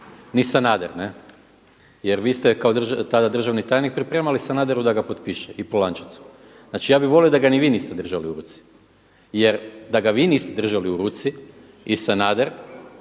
ni Sanader. Ne? Jer vi ste tada kao državni tajnik pripremali Sanaderu da ga potpiše i Polančecu. Znači, ja bih volio da ga ni vi niste držali u ruci. Jer da ga vi niste držali u ruci i Sanader